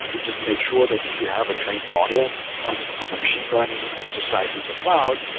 you just make sure that if you have a trained model um from a machine learning exercise in the cloud,